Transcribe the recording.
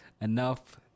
Enough